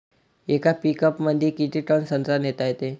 येका पिकअपमंदी किती टन संत्रा नेता येते?